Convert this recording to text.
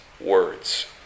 words